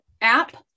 app